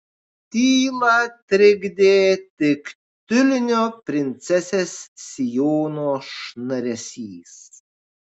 tylą trikdė tik tiulinio princesės sijono šnaresys